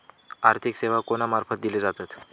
आर्थिक सेवा कोणा मार्फत दिले जातत?